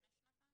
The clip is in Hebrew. לפני שנתיים?